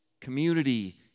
Community